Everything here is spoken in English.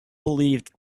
believed